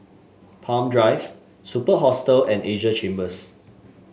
Palm Drive Superb Hostel and Asia Chambers